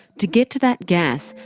to get to that gas,